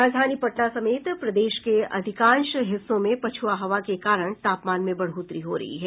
राजधानी पटना समेत प्रदेश के अधिकांश हिस्सों में पछ्आ हवा के कारण तापमान में बढ़ोतरी हो रही है